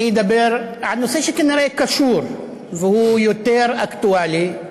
אני אדבר על נושא שכנראה קשור, והוא יותר אקטואלי,